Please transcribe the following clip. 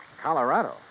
Colorado